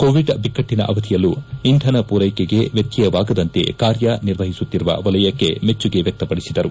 Covid ಬಿಕ್ಕಟ್ರಿನ ಅವಧಿಯಲ್ಲೂ ಇಂಧನ ಪೂರೈಕೆ ವ್ಯತ್ಯಯವಾಗದಂತೆ ಕಾರ್ಯನಿರ್ವಹಿಸುತ್ತಿರುವ ವಲಯಕ್ಕೆ ಮೆಚ್ಳುಗ ವ್ಯಕ್ತಪಡಿಸಿದರು